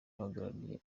uhagarariye